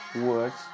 words